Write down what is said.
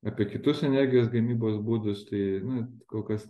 apie kitus energijos gamybos būdus tai nu kol kas